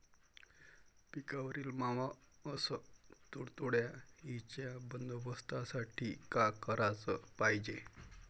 पिकावरील मावा अस तुडतुड्याइच्या बंदोबस्तासाठी का कराच पायजे?